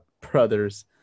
brother's